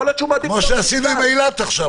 כמו שעשינו עם אילת עכשיו.